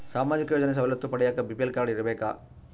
ಸಾಮಾಜಿಕ ಯೋಜನೆ ಸವಲತ್ತು ಪಡಿಯಾಕ ಬಿ.ಪಿ.ಎಲ್ ಕಾಡ್೯ ಇರಬೇಕಾ?